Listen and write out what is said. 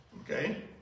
Okay